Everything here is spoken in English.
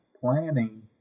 planning